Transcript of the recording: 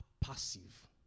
passive